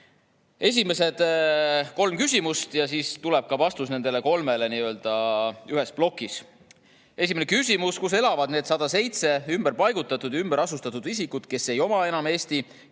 Esimesed kolm küsimust ja siis tuleb ka vastus nendele kolmele ühes plokis. Esimene küsimus: "Kus elavad need 107 ümberpaigutatud ja ümberasustatud isikut, kes ei oma enam Eesti kehtivat